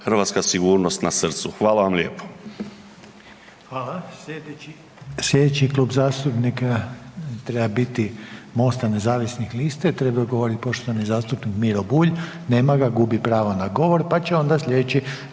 hrvatska sigurnost na srcu. Hvala vam lijepo.